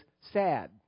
sad